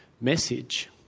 message